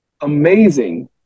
amazing